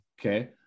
Okay